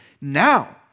now